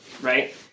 right